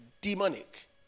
demonic